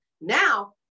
Now